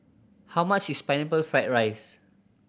how much is Pineapple Fried rice